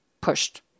pushed